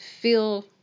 feel